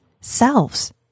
selves